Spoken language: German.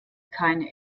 keine